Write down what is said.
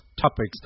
topics